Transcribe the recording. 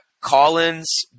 Collins